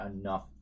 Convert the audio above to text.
enough